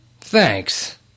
Thanks